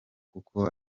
kuko